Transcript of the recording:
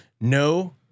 no